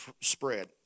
spread